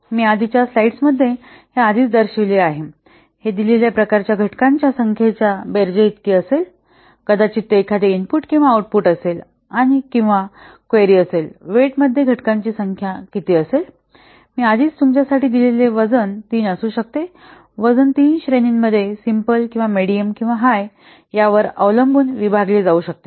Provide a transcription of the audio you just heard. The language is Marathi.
मी आधीच्या स्लाइड्स मध्ये हे आधीच दर्शविलेले आहे हे दिलेल्या प्रकाराच्या घटकांच्या संख्येच्या बेरजे इतकी असेल कदाचित ते एखादे इनपुट किंवा आउट पुट असेल किंवा क्वेरी असेल वेट मध्ये घटकांची संख्या किती असेल मी आधीच तुमच्यासाठी दिलेलेले वजन तीन असू शकतेवजन तीन श्रेणींमध्ये सिम्पल किंवा मेडीयम किंवा हाय यावर अवलंबून विभागले जाऊ शकते